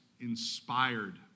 inspired